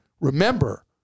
remember